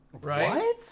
Right